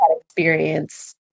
experience